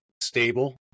stable